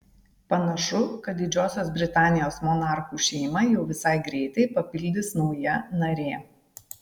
panašu kad didžiosios britanijos monarchų šeimą jau visai greitai papildys nauja narė